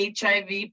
HIV